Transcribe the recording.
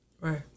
Right